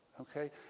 okay